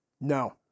No